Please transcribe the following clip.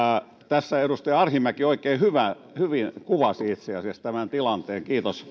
tässä edustaja arhinmäki itse asiassa oikein hyvin kuvasi tämän tilanteen